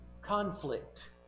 conflict